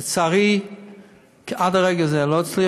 ולצערי עד לרגע זה לא הצליח.